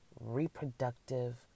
reproductive